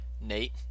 Nate